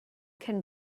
can